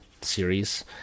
series